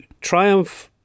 triumph